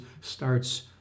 starts